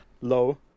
low